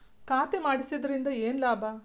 ಖಾತೆ ಮಾಡಿಸಿದ್ದರಿಂದ ಏನು ಲಾಭ?